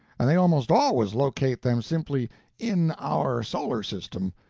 and they almost always locate them simply in our solar system,